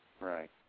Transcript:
Right